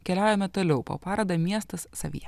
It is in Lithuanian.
keliaujame toliau po parodą miestas savyje